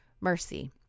mercy